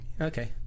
okay